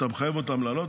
אתה מחייב אותם לעלות,